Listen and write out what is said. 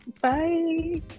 Bye